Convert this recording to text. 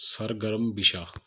ਸਰਗਰਮ ਵਿਸ਼ਾ